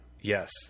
Yes